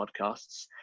podcasts